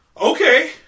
Okay